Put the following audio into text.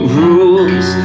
rules